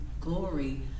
glory